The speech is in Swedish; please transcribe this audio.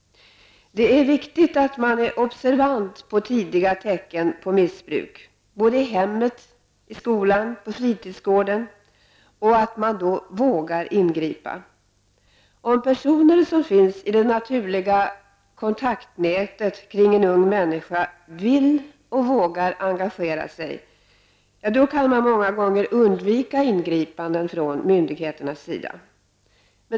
Viktigt är att man är observant på tidiga tecken på missbruk både i hemmet, i skolan, på fritidsgården, och att man då vågar ingripa. Om personer som finns i det naturliga kontaktnätet kring en ung människa vill och vågar engagera sig, kan man många gånger undvika ingripanden från myndigheternas sida.